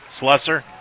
Slusser